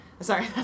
sorry